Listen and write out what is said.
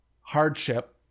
hardship